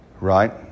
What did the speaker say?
Right